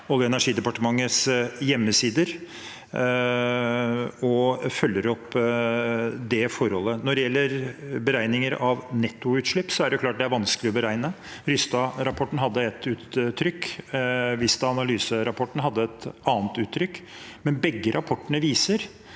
Olje- og energidepartementets hjemmesider og følger opp det forholdet. Når det gjelder beregninger av nettoutslipp, er det klart at det er vanskelig å beregne. Rystad-rapporten hadde ett uttrykk, og Vista Analyse-rapporten hadde et annet uttrykk, men begge rapportene viser